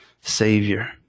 savior